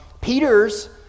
Peter's